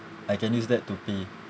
I can use that to pay